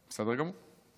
בסדר גמור.